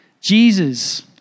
Jesus